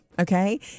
Okay